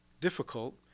difficult